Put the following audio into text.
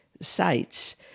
sites